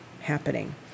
happening